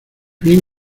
bien